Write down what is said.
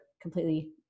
completely